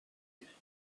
peuvent